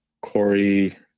Corey